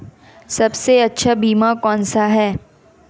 सबसे अच्छा बीमा कौनसा है?